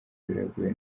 biragoye